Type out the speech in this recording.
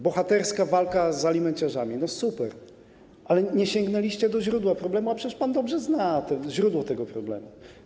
Bohaterska walka z alimenciarzami, no super, ale nie sięgnęliście do źródła problemu, a przecież pan dobrze zna źródło tego problemu.